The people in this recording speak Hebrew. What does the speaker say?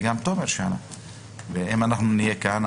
נהיה כאן,